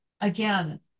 Again